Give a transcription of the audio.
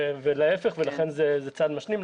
ולהיפך ולכן זה צעד משלים.